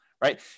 right